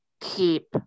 keep